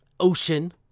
Ocean